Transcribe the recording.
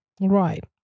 right